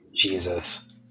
Jesus